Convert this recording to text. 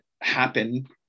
happen